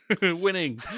Winning